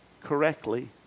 correctly